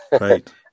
Right